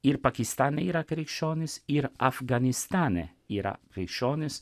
ir pakistane yra krikščionys ir afganistane yra krikščionys